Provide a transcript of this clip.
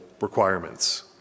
requirements